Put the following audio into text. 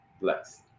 Bless